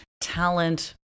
talent